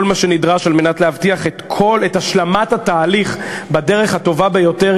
מה שנדרש על מנת להבטיח את השלמת התהליך בדרך הטובה ביותר,